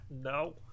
No